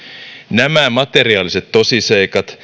nämä materiaaliset tosiseikat